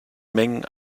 mengen